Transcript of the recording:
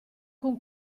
con